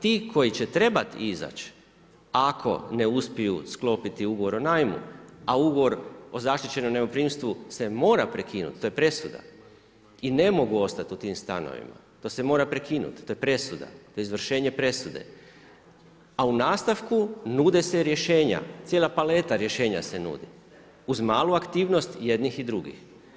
Ti koji će trebat izać ako ne uspiju sklopiti ugovor o najmu, a ugovor o zaštićenom najmoprimstvu se mora prekinuti to je presuda i ne mogu ostati u tim stanovima, to se mora prekinut, to je presuda, to je izvršenje presude, a u nastavku nude se rješenja, cijela paleta rješenja se nudi uz malu aktivnost jednih i drugih.